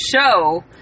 show